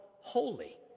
holy